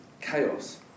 chaos